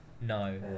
No